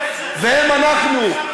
והן אנחנו.